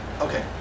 okay